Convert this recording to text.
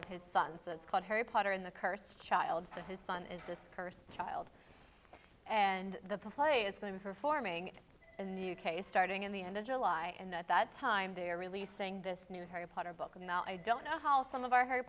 of his sons that's called harry potter and the curse child of his son is this person child and the play is named for forming a new case starting in the end of july and at that time they are releasing this new harry potter book and i don't know how some of our harry